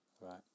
Right